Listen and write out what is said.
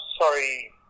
Sorry